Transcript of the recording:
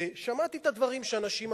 ושמעתי את הדברים שאנשים אמרו,